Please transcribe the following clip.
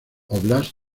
óblast